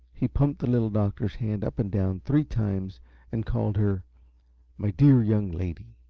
he pumped the little doctor's hand up and down three times and called her my dear young lady.